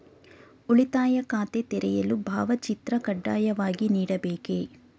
ಉಳಿತಾಯ ಖಾತೆ ತೆರೆಯಲು ಭಾವಚಿತ್ರ ಕಡ್ಡಾಯವಾಗಿ ನೀಡಬೇಕೇ?